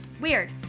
Weird